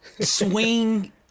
swing